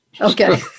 Okay